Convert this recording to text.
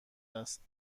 است